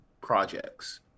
projects